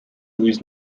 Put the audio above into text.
with